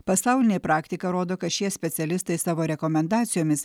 pasaulinė praktika rodo kad šie specialistai savo rekomendacijomis